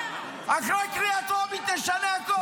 אחרי קריאה טרומית נשנה הכול.